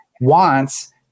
wants